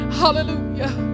hallelujah